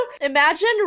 Imagine